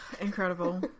Incredible